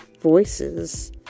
Voices